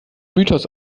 mythos